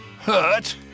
Hurt